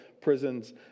prisons